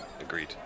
agreed